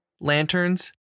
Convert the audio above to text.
Lanterns